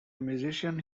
musician